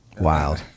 Wild